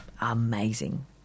amazing